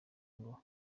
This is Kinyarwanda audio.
ngo